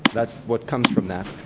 that's what comes from that.